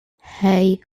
hey